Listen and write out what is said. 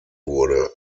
wurde